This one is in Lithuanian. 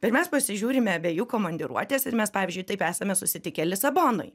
bet mes pasižiūrime abiejų komandiruotes ir mes pavyzdžiui taip esame susitikę lisabonoj